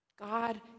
God